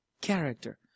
character